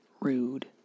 rude